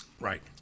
Right